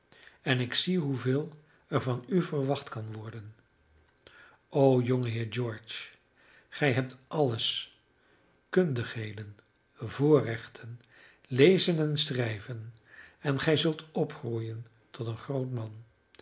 en ik zie hoeveel er van u verwacht kan worden o jongeheer george gij hebt alles kundigheden voorrechten lezen en schrijven en gij zult opgroeien tot een groot man